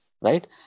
right